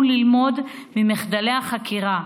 עלינו ללמוד ממחדלי החקירה.